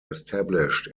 established